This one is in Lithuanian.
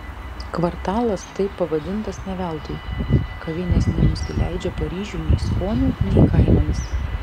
kvartalas taip pavadintas ne veltui kavinės nenusileidžia paryžiui nei skoniu nei kainomis